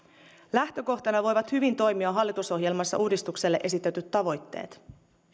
lähtökohtana voivat hyvin toimia hallitusohjelmassa uudistukselle esitetyt tavoitteet